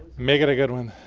make it a good one.